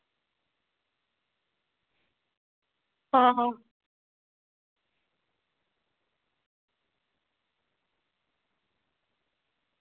आहो